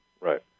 Right